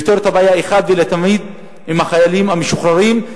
ובכך לפתור אחת ולתמיד את הבעיה עם החיילים המשוחררים.